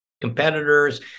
competitors